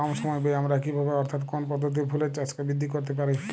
কম সময় ব্যায়ে আমরা কি ভাবে অর্থাৎ কোন পদ্ধতিতে ফুলের চাষকে বৃদ্ধি করতে পারি?